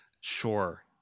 Sure